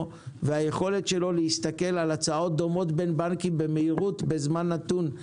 והיכולת שלו להסתכל על הצעות דומות בין בנקים במהירות בזמן נתון.